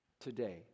today